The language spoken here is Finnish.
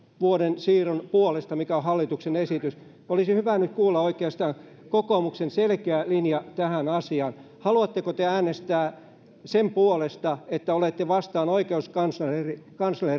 vuoden siirron puolesta mikä on hallituksen esitys olisi hyvä nyt kuulla oikeastaan kokoomuksen selkeä linja tähän asiaan haluatteko te äänestää sen puolesta että olette vastaan oikeuskanslerin